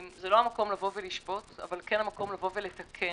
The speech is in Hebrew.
זה לא המקום לשפוט אבל כן המקום לתקן.